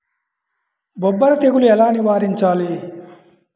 బొబ్బర తెగులు ఎలా నివారించాలి?